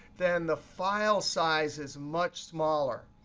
then the file size is much smaller.